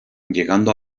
llegando